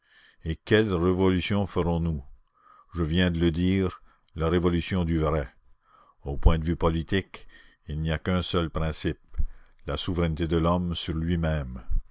et quelle révolution ferons-nous je viens de le dire la révolution du vrai au point de vue politique il n'y a qu'un seul principe la souveraineté de l'homme sur lui-même